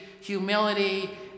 humility